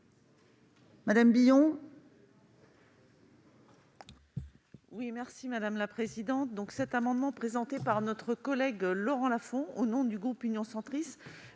Madame Billon,